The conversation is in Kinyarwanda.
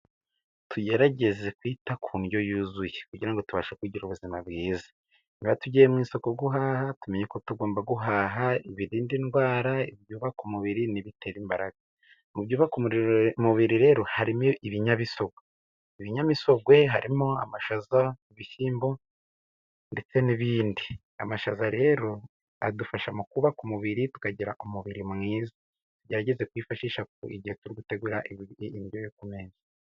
Tugerageze kwita ku ndyo yuzuye kugira ngo tubashe kugira ubuzima bwiza, niba tugiye mu isoko kuguhaha tumenyeko tugomba guhaha ibirinda indwara, ibyubaka umubiri, n'ibitera imbaraga. Mu byubaka umubiri rero harimo ibinyamisogwe, ibinyamisogwe harimo amashaza, ibishyimbo ndetse n'ibindi. Amashaza rero adufasha mu kubaka umubiri tukagira umubiri mwiza, tugerageze kuyifashisha igihe turi gutegura ibi indyo ku meza.